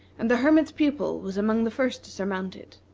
and the hermit's pupil was among the first to surmount it.